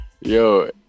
yo